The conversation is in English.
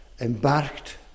embarked